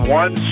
one